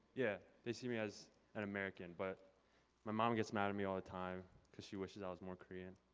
yeah they see me as an american. but my mom gets mad at me all the time because she wishes i was more korean,